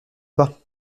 bas